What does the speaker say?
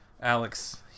Alex